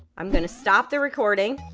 i'm going to stop the recording,